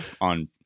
on